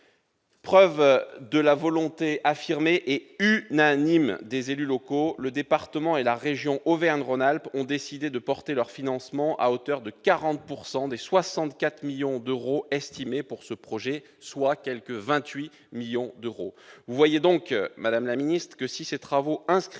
Preuve de la volonté affirmée- et unanime ! -des élus locaux, le département et la région Auvergne-Rhône-Alpes ont décidé de porter leur financement à hauteur de 40 % des 64 millions d'euros estimés pour ce projet, soit 28 millions d'euros. Vous le voyez, madame la ministre, si ces travaux inscrits